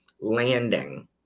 Landing